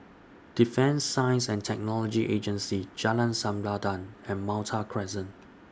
Defence Science and Technology Agency Jalan Sempadan and Malta Crescent